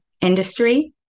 industry